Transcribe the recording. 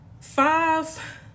five